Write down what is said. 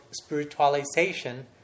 spiritualization